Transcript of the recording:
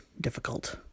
difficult